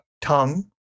tongue